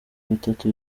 bitatu